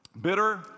Bitter